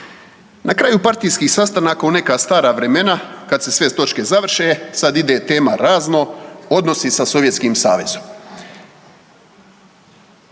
Na kraju partijskih sastanaka u neka stara vremena kad se sve točke završe sad ide tema razno odnosi sa Sovjetskim savezom.